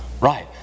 Right